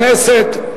4941,